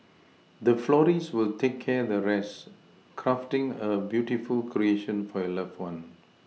the florist will take care the rest crafting a beautiful creation for your loved one